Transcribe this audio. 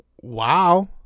wow